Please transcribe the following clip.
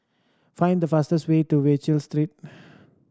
find the fastest way to Wallich Street